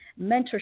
mentorship